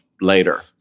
later